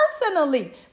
personally